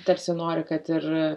tarsi nori kad ir